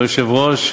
ליושב-ראש,